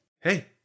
Hey